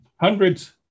hundreds